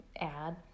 add